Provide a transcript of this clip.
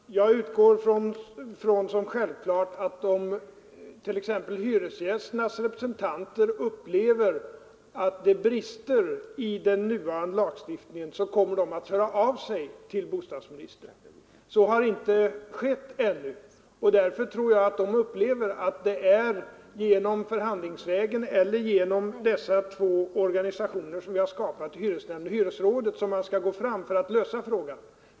Herr talman! Jag utgår från som självklart att om t.ex. hyresgästernas representanter upplever saken så, att det är brister i den nuvarande lagstiftningen, kommer de att höra av sig till bostadsministern. Så har inte skett ännu, och därför tror jag att de anser att det är förhandlingsvägen eller via dessa två organisationer som vi har skapat — hyresnämnden och hyresrådet — som man skall gå för att lösa frågan.